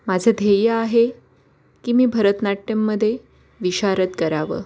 माझं ध्येय आहे की मी भरतनाट्यमध्ये विशारद करावं